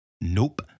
Nope